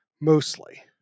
mostly